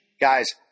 Guys